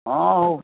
ହଁ ହଉ